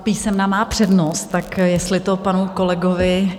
Písemná má přednost, tak jestli to panu kolegovi...